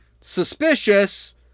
suspicious